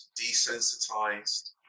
desensitized